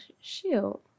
shoot